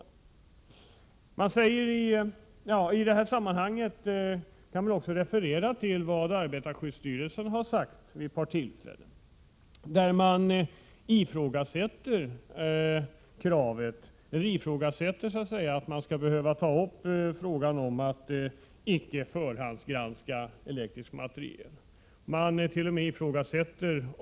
Man kan också referera till vad arbetarskyddsstyrelsen har sagt vid ett par tillfällen. Där ifrågasätter man om begäran att slopa förhandsgranskning av elektrisk materiel skall behöva tas upp.